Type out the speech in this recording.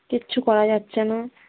কিচ্ছু করা যাচ্ছে না